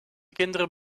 kinderen